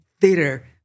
theater